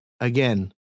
Again